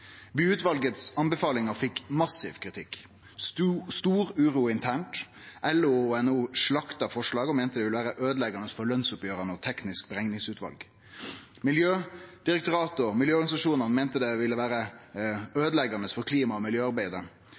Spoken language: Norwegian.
fekk massiv kritikk. Det var stor uro internt. LO og NHO slakta forslaget og meinte det ville vere øydeleggjande for lønsoppgjera og Teknisk berekningsutval. Miljødirektoratet og miljøorganisasjonar meinte det ville vere øydeleggjande for klima- og miljøarbeidet.